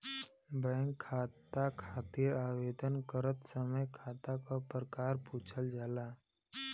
bank खाता खातिर आवेदन करत समय खाता क प्रकार पूछल जाला